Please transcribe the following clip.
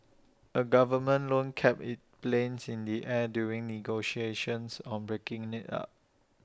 A government loan kept its planes in the air during negotiations on breaking IT up